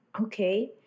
Okay